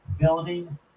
building